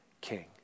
king